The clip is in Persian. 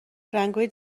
رنگای